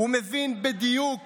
הוא מבין בדיוק